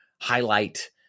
highlight